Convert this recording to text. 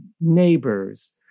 neighbors